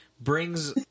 brings